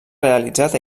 realitzat